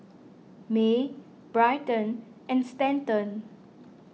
Mae Bryton and Stanton